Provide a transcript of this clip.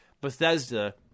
Bethesda